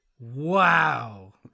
Wow